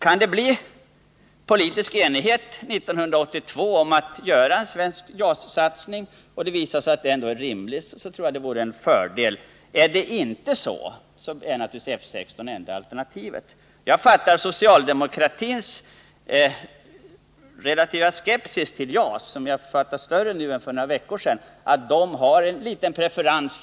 Kan politisk enhet uppnås 1982 om att göra en svensk JAS-satsning tror jag att det vore en fördel om vi kunde göra en sådan satsning. Men om denna enighet inte kan uppnås, är ett anskaffande av F 16 det rimliga alternativet. Jag uppfattar socialdemokratins relativa skepsis mot JAS — som verkar vara större nu än för några veckor sedan — som att de ger F 16 en liten preferens.